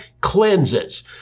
cleanses